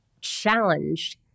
challenged